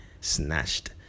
snatched